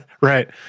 Right